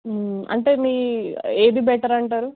అంటే మీ ఏది బెటర్ అంటారు